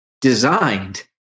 designed